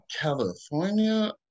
California